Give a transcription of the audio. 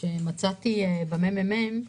מצאתי מסמך של הממ"מ,